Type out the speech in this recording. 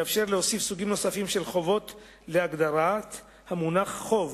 שיאפשר להוסיף סוגים נוספים של חובות להגדרת המונח "חוב",